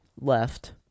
left